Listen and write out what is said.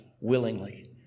willingly